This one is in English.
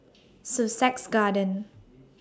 Sussex Garden